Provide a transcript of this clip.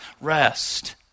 rest